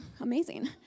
Amazing